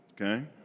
Okay